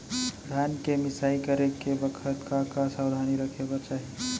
धान के मिसाई करे के बखत का का सावधानी रखें बर चाही?